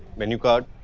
menu card?